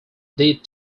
did